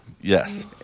Yes